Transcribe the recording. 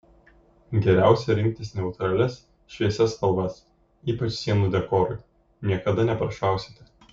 geriausia rinktis neutralias šviesias spalvas ypač sienų dekorui niekada neprašausite